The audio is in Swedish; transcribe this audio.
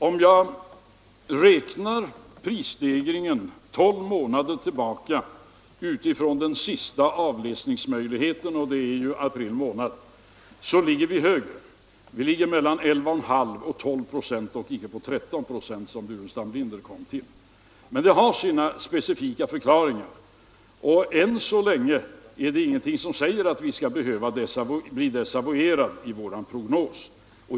Om jag räknar prisstegringen tolv månader tillbaka utifrån den sista avläsningsmöjligheten, april månad, ligger vi högre, dvs. mellan 11,5 96 och 12 96 — inte på 13 96 som herr Burenstam Linder kom fram till. Men det har sina specifika förklaringar, och än så länge är det ingenting som säger att vi skall behöva bli desavouerade när det gäller vår prognos.